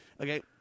Okay